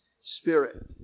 spirit